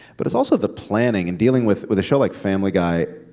but it's also the planning. and dealing with with a show like family guy,